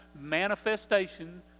manifestation